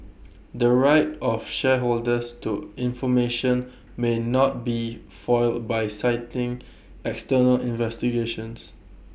the right of shareholders to information may not be foiled by citing external investigations